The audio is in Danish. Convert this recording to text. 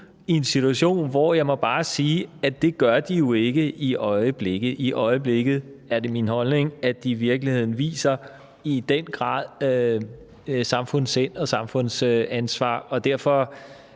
i en situation, hvor jeg bare må sige, at det gør jeg ikke i øjeblikket. I øjeblikket er det min holdning, at de i virkeligheden i den grad viser samfundssind og samfundsansvar, og derfor